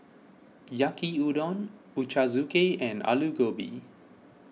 Yaki Udon Ochazuke and Alu Gobi